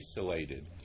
isolated